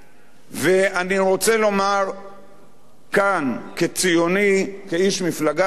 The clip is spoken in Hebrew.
ואני רוצה לומר כאן כציוני, כאיש מפלגה ציונית,